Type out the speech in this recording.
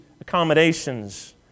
accommodations